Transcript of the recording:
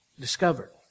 discovered